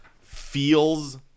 feels